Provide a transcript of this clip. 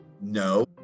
No